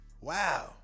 Wow